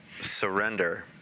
surrender